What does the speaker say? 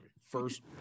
First